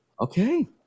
okay